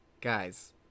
guys